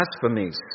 blasphemies